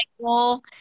Michael